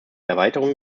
erweiterung